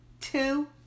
Two